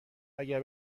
اگر